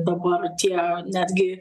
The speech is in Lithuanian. dabar tie netgi